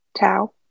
Tao